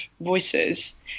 voices